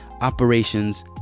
operations